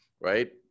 right